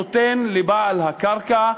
נותן לבעל הקרקע,